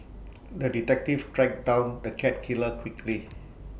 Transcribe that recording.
the detective tracked down the cat killer quickly